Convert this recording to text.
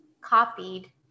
copied